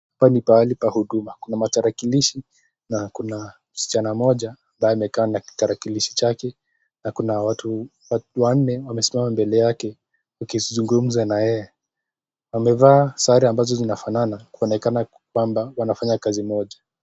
Hapa ni mahali pa huduma, kuna matarakilishi na kuna, msichana moja ambayo amekaa kwa tarakilishi yake, na kuna watu wanne wamesimama mbele yake, wakizungumza na yeye wamevaa sare ambazo zinafanana, kuonekana kwamba wanafanya kazi ambayo zinafanana.